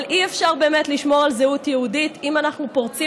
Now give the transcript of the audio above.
אבל אי-אפשר באמת לשמור על זהות יהודית אם אנחנו פורצים